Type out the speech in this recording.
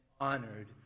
honored